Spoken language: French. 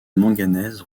manganèse